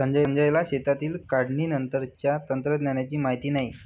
संजयला शेतातील काढणीनंतरच्या तंत्रज्ञानाची माहिती नाही